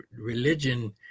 religion